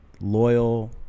loyal